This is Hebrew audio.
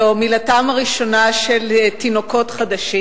זו מילתם הראשונה של תינוקות חדשים.